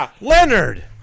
Leonard